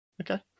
okay